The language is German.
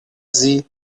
sie